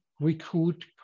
recruit